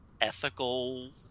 ethical